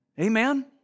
Amen